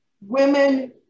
women